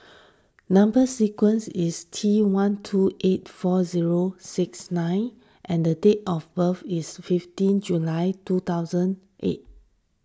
Number Sequence is T one two eight four zero six nine and date of birth is fifteen July two thousand eight